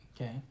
Okay